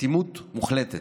אטימות מוחלטת.